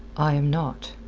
i am not.